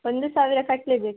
ಒಂದು ಸಾವಿರ ಕಟ್ಲೇಬೇಕು